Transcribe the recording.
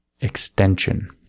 extension